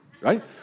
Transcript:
right